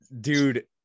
Dude